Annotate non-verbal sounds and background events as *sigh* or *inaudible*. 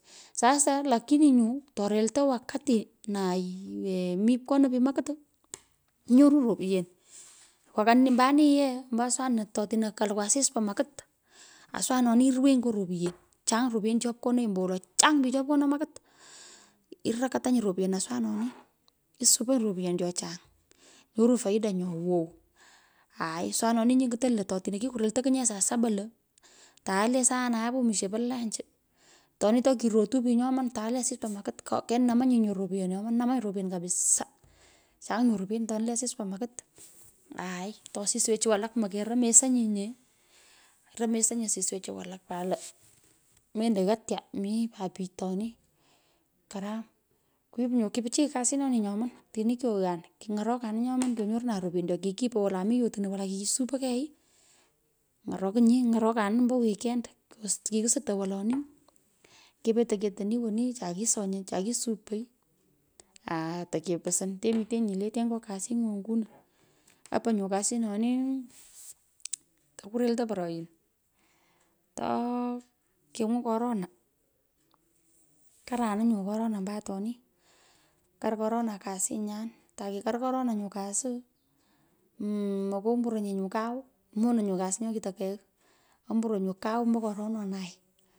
Sasa lakini nyu torelto wakati nai mi pkonoi pich makit, inyoronyi ropuyen *unintelligible* ombo ani yee ombo aswanino atino kalukwu asis po makit, aswanoni iruwenyi ngo ropryen, chuny ropyenu chopkonoi, ombowolo chang pich cho pkonoi makit, irakatanyi ropyen aswanoni, isuponyi, ropiyen cho chang, nyorunyi faida nyo bwow. aai aswanoni nyu ngutonyi lo to otino kikurelte kinyee saa saba lo tae le saanae po misho po lanchi toni tokirotu pich nyoman, atae le asis po makit, kenamunyi nyu ropiyen nyoman, inamanyi nyu ropyen kabisaa. Chang nyu repyenu toni le asis po makit, aai, to osiswechu alaka. mokeremosonyinye, romesonyi osiswech walak pat, mendo ghan tya mi pat pich toni, karam. Kwip nyu, ki puchiy kasinon, nyoman tini kyoghan, king'orokanin nyoman kyonyoruran ropiyen cho ki kipoi wola kimii yotno wolai kikisupo kei, ny’orokinyi, ng'orokan in ombo weekend, kikusutoy woloni, kepetei, ketoni woni cha kisony, che kisupoi aa tekeposon, temitenyi, lete ngo kasing'u onyunu, opon nyo kasi noni, takorelto poroin to kingwon korona, karanin nyo korona ombo atoni, kar korona kasinyan. Kar korona nyu kasi, mmh, mokomburonye nyu kau, mono nyu kasi nyo kito kegh, omburon nyu kau ombo korononai.